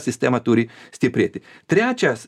sistema turi stiprėti trečias